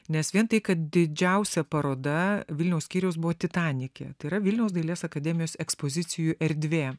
nes vien tai kad didžiausia paroda vilniaus skyriaus buvo titanike tai yra vilniaus dailės akademijos ekspozicijų erdvė